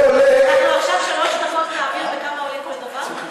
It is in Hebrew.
אנחנו עכשיו שלוש דקות נעביר בכמה עולה כל דבר?